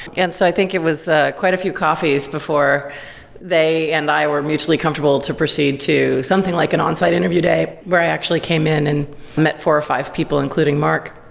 and so i think it was quite a few coffees before they and i were mutually comfortable to proceed to something like an on-site interview day, where i actually came in and met four or five people, including mark.